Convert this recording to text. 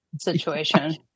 situation